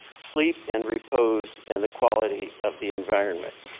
sleep and repose and the quality of the environment.